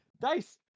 Dice